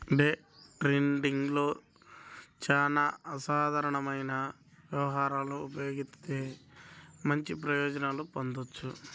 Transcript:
day ట్రేడింగ్లో చానా అసాధారణమైన వ్యూహాలను ఉపయోగిత్తే మంచి ప్రయోజనాలను పొందొచ్చు